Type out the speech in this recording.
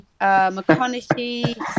McConaughey